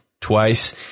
twice